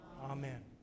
Amen